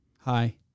Hi